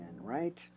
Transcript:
right